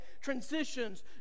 transitions